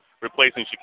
replacing